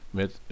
met